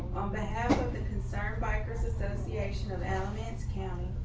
on behalf of the concerned bikers association of alamance county.